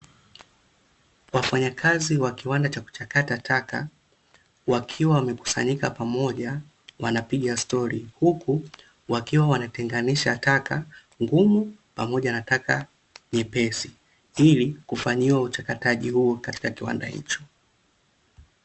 Wafanyakazi wa kiwanda cha kuchakata taka wakiwa wamekusanyika pamoja wanapiga stori huku wakiwa wanatenganisha taka ngumu pamoja nataka nyepesi, ili kufanyiwa uchakataji huo katika kiwanda hicho.